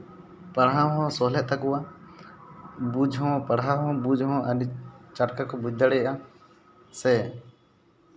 ᱯᱟᱲᱦᱟᱣ ᱦᱚᱸ ᱥᱚᱞᱦᱮᱜ ᱛᱟᱠᱚᱣᱟ ᱵᱩᱡᱽ ᱦᱚᱸ ᱯᱟᱲᱦᱟᱣ ᱦᱚᱸ ᱵᱩᱡᱽ ᱦᱚᱸ ᱟᱹᱰᱤ ᱴᱟᱴᱠᱟ ᱠᱚ ᱵᱩᱡᱽ ᱫᱟᱲᱮᱭᱟᱜᱼᱟ ᱥᱮ